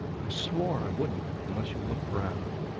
i swore i wouldn't unless you looked round.